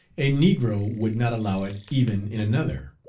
a negro would not allow it even in another.